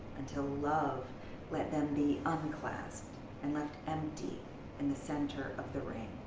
until love let them be unclasped and left empty in the center of the ring.